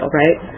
right